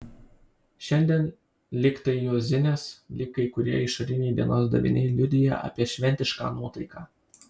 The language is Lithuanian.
šiandien lyg tai juozinės lyg kai kurie išoriniai dienos daviniai liudija apie šventišką nuotaiką